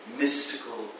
mystical